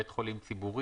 בית חולים ציבורי,